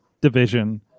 division